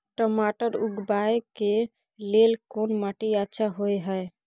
टमाटर उगाबै के लेल कोन माटी अच्छा होय है?